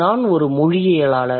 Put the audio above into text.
நான் ஒரு மொழியியலாளர்